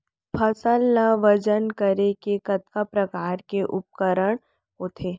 फसल ला वजन करे के कतका प्रकार के उपकरण होथे?